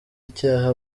icyaha